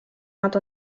nad